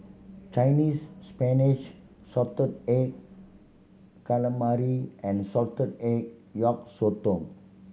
Chinese Spinach salted egg calamari and salted egg yolk sotong